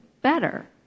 better